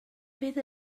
fydd